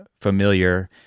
familiar